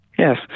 Yes